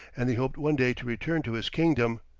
and he hoped one day to return to his kingdom,